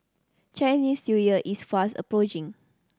Chinese New Year is fast approaching